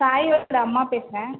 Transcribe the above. சாயோட அம்மா பேசுகிறேன்